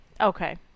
okay